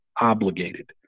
obligated